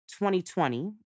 2020